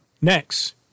next